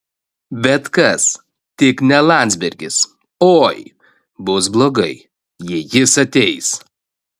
bet kas tik ne landsbergis oi bus blogai jei jis ateis